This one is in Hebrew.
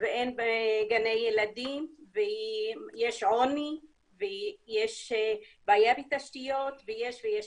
ואין גני ילדים ויש עוני ויש בעיה בתשתיות ויש ויש.